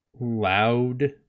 loud